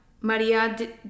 Maria